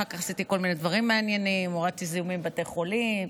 ואחר כך עשיתי כל מיני דברים מעניינים: הורדתי זיהומים בבתי חולים,